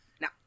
Now